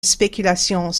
spéculations